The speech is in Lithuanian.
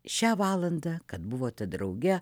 šią valandą kad buvote drauge